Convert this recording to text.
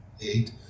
eight